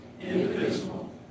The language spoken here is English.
indivisible